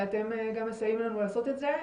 ואתם גם מסייעים לנו לעשות את זה.